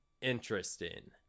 interesting